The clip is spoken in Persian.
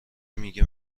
میگه